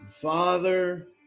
Father